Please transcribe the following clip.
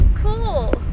cool